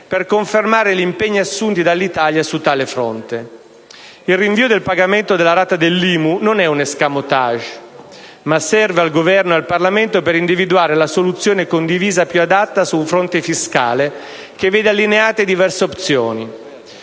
per confermare gli impegni assunti dall'Italia su tale fronte. Il rinvio del pagamento della rata dell'IMU non è un *escamotage*, ma serve al Governo e al Parlamento per individuare la soluzione condivisa più adatta su un fronte fiscale che vede allineate diverse opzioni: